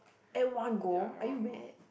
at one go are you mad